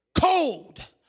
Cold